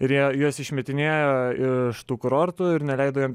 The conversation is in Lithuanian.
ir jie juos išmetinėjo iš tų kurortų ir neleido jiem